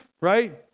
right